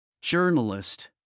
Journalist